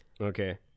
Okay